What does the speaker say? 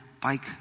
bike